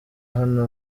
hano